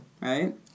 right